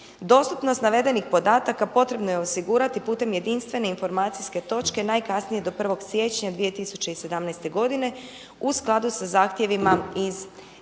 Dostupnost navedenih podataka potrebno je osigurati putem jedinstvene informacijske točke najkasnije do 1. siječnja 2017. godine u skladu sa zahtjevima iz direktive.